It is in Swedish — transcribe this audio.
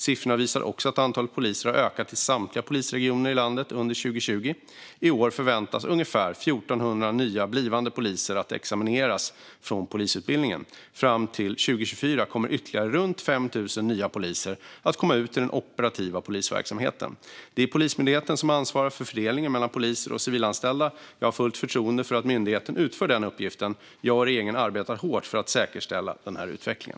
Siffrorna visar också att antalet poliser har ökat i samtliga polisregioner i landet under 2020. I år förväntas ungefär 1 400 nya blivande poliser examineras från polisutbildningen. Fram till 2024 kommer ytterligare runt 5 000 nya poliser att komma ut i den operativa polisverksamheten. Det är Polismyndigheten som ansvarar för fördelningen mellan poliser och civilanställda. Jag har fullt förtroende för att myndigheten utför den uppgiften. Jag och regeringen arbetar hårt för att säkerställa den här utvecklingen.